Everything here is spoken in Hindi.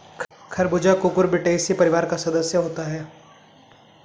खरबूजा कुकुरबिटेसी परिवार का सदस्य होता है